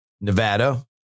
Nevada